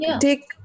take